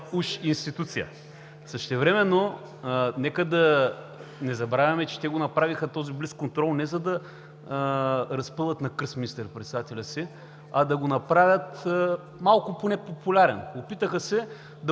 уж институция. Същевременно нека да не забравяме, че те направиха този блицконтрол не за да разпъват на кръст министър-председателя си, а да го направят поне малко популярен. Опитаха се